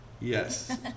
Yes